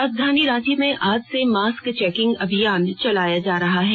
राजधानी रांची में आज से मास्क चेकिंग अभियान चलाया जा रहा है